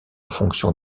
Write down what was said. fonction